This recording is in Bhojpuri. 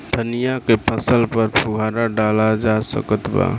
धनिया के फसल पर फुहारा डाला जा सकत बा?